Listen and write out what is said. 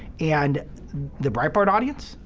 and the breitbart audience?